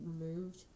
removed